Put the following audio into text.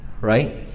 right